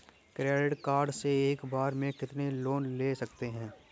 Credit card से एक बार में कितना लोन ले सकते हैं?